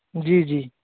जी जी